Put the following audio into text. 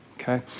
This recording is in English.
okay